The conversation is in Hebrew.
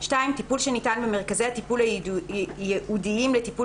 (2)טיפול שניתן במרכזי הטיפול הייעודיים לטיפול